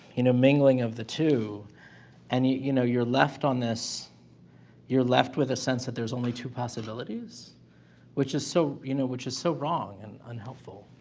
you know, mingling of the two and you you know you're left on this you're left with a sense that there's only two possibilities which is so you know, which is so wrong and unhelpful